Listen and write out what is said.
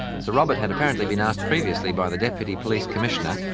sir robert had apparently been asked previously by the deputy police commissioner,